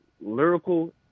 lyrical